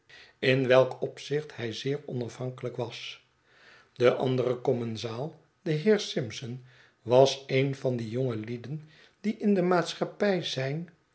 in welk opzicht hij zeer onafhankelijk was de andere commensaal de heer simpson was een van die jongelieden die in de maatschappij zijn